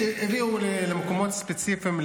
הביאו למקומות ספציפיים,